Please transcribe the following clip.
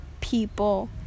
people